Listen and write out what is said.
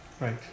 Right